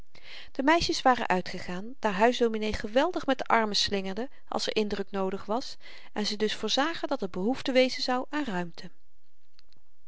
de meisjes waren uitgegaan daar huisdominee geweldig met de armen slingerde als er indruk noodig was en ze dus voorzagen dat er behoefte wezen zou aan ruimte